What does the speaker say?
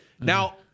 Now